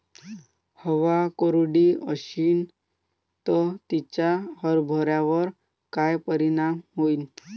हवा कोरडी अशीन त तिचा हरभऱ्यावर काय परिणाम होईन?